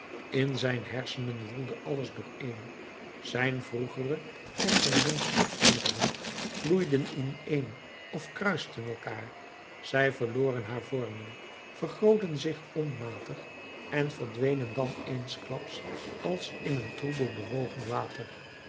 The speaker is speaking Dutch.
in zijn hersenen woelde alles dooreen zijn vroegere en zijn jongste herinneringen vloeiden ineen of kruisten elkaar zij verloren haar vormen vergrootten zich onmatig en verdwenen dan eensklaps als in een troebel bewogen water